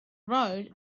road